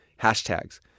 Hashtags